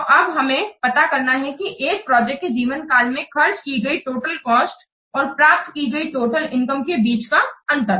तो अब हमें पता करना है एक प्रोजेक्ट के जीवन काल में खर्च की गई टोटल कॉस्ट और प्राप्त की गई टोटल इनकम के बीच का अंतर